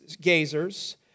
gazers